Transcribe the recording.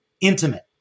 intimate